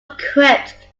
equipped